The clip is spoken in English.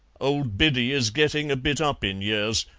old biddy is getting a bit up in years,